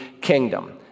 kingdom